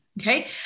okay